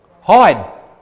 Hide